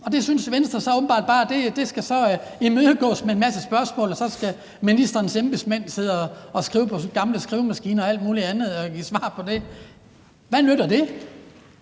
og det synes Venstre så åbenbart bare skal imødegås med en masse spørgsmål, og så skal ministerens embedsmænd sidde og skrive på gamle skrivemaskiner og alt muligt andet og give svar på det. Hvad nytter det?